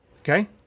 Okay